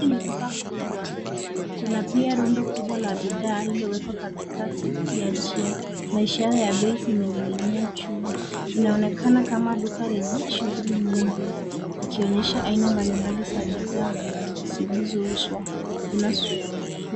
Hili ni duka kubwa. Kuna pia rundo kubwa la bidhaa lililowekwa katikati ya njia na ishara za bei zimening'inia juu. Inaonekana ka duka lenye shughuli nyingi ikionyesha aina mbalimbali za bidhaa zinazouzwa.